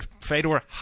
Fedor